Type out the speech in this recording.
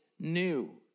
new